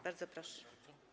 Bardzo proszę.